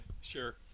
Sure